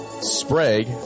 Sprague